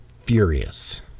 Furious